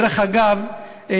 דרך אגב,